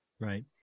Right